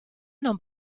non